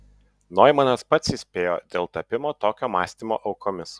noimanas pats įspėjo dėl tapimo tokio mąstymo aukomis